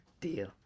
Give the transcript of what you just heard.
Deal